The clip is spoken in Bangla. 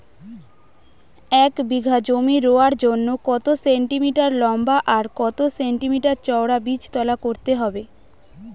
এক বিঘা জমি রোয়ার জন্য কত সেন্টিমিটার লম্বা আর কত সেন্টিমিটার চওড়া বীজতলা করতে হবে?